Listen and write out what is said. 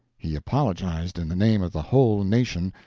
he apologized in the name of the whole nation,